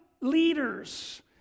leaders